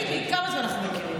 תגיד לי, כמה זמן אנחנו מכירים?